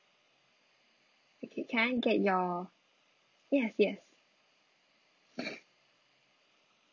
okay can I get your yes yes